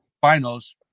Finals